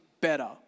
better